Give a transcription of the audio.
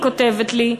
היא כותבת לי,